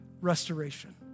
restoration